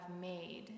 made